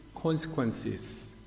consequences